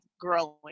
growing